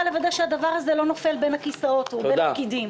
לוודא שהדבר הזה לא נופל בין הכיסאות או בין פקידים.